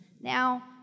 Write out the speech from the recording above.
Now